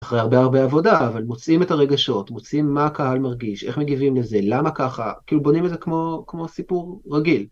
אחרי הרבה הרבה עבודה, אבל מוצאים את הרגשות, מוצאים מה הקהל מרגיש, איך מגיבים לזה, למה ככה, כאילו בונים את זה כמו סיפור רגיל.